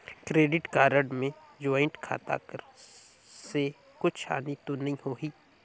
Credit card मे joint खाता कर से कुछ हानि तो नइ होही?